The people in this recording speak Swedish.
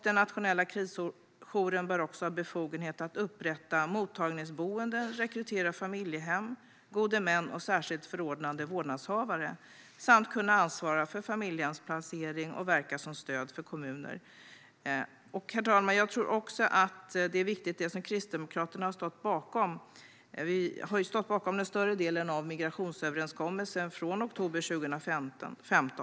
Den nationella krissocialjouren bör också ha befogenhet att upprätta mottagningsboenden, rekrytera familjehem, gode män och särskilt förordnade vårdnadshavare samt kunna ansvara för familjehemsplacering och verka som stöd för kommuner. Herr talman! Kristdemokraterna har stått bakom större delen av migrationsöverenskommelsen från oktober 2015. Den är viktig.